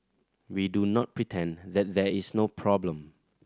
we do not pretend that there is no problem